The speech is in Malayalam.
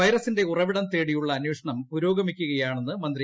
വൈറസിന്റെ ഉറ വിടം തേടിയുള്ള അന്വേഷണം പുരോഗമിക്കുകയാണെന്ന് മന്ത്രി